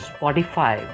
Spotify